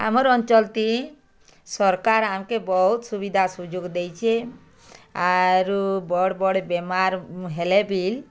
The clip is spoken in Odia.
ଆମର ଅଞ୍ଚଲତି ସରକାର ଆମକେ ବୋହୁତ ସୁବିଧା ସୁଯୋଗ ଦେଇଚେ ଆରୁ ବଡ଼ ବଡ଼ ବେମାର ହେଲେ ବି